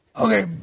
Okay